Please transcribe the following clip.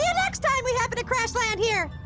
next time we happen to crash-land here!